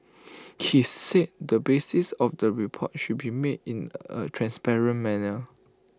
he said the basis of the report should be made in A transparent manner